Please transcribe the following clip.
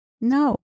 No